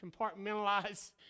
compartmentalize